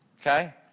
Okay